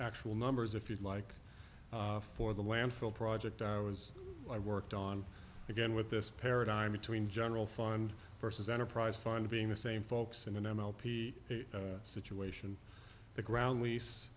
actual numbers if you'd like for the landfill project i was i worked on again with this paradigm between general fund versus enterprise fund being the same folks in an m l p situation the ground leas